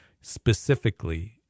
specifically